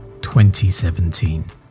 2017